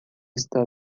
está